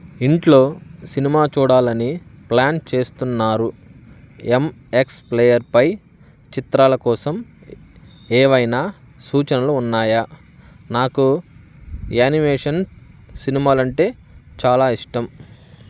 ఇంట్లో సినిమా చూడాలని ప్లాన్ చేస్తున్నారు ఎమ్ ఎక్స్ ప్లేయర్పై చిత్రాల కోసం ఏవైనా సూచనలు ఉన్నాయా నాకు యానిమేషన్ సినిమాలు అంటే చాలా ఇష్టం